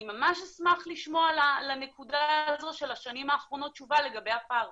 אני ממש אשמח לשמוע לנקודה הזו של השנים האחרונות תשובה לגבי הפער,